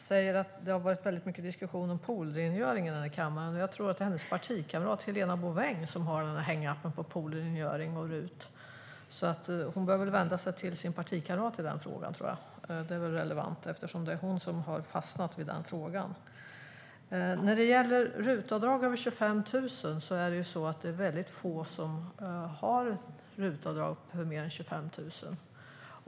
Herr talman! Lotta Finstorp säger att det har varit mycket diskussion om poolrengöring i kammaren. Det är hennes partikamrat Helena Bouveng som har hängt upp sig på poolrengöring och RUT, så Lotta Finstorp bör nog vända sig till sin partikamrat i denna fråga. Det vore relevant eftersom det är Helena Bouveng som har fastnat i den frågan. Det är få som har RUT-avdrag på mer än 25 000.